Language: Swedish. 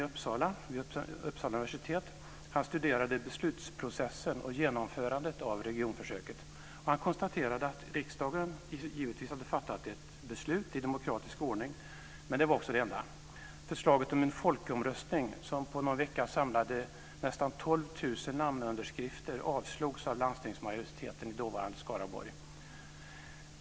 Uppsala universitet har studerat beslutsprocessen och genomförandet av regionförsöket, och han har konstaterat att riksdagen givetvis hade fattat ett beslut i demokratisk ordning, men det var också det enda. Förslaget om en folkomröstning, som på någon vecka samlade nästan 12 000 namnunderskrifter, avslogs av landstingsmajoriteten i det dåvarande Skaraborg.